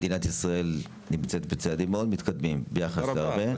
מדינת ישראל נמצאת בצעדים מאוד מתקדמים ביחס --- תודה רבה.